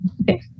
okay